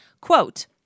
quote